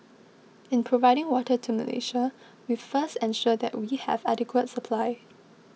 in providing water to Malaysia we first ensure that we have adequate supply